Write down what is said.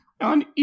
on